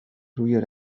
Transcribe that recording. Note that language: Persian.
روی